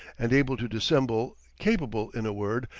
and able to dissemble capable, in a word,